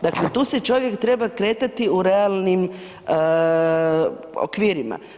Dakle tu se čovjek treba kretati u realnim okvirima.